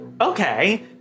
Okay